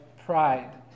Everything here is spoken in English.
pride